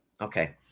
Okay